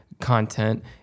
content